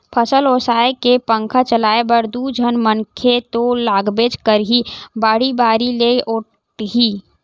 फसल ओसाए के पंखा चलाए बर दू झन मनखे तो लागबेच करही, बाड़ी बारी ले ओटही